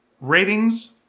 ratings